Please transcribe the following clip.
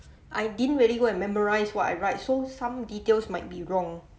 I didn't really go and memorize what I write so some details might be wrong